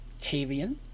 Tavian